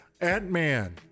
Ant-Man